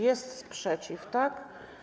Jest sprzeciw, tak?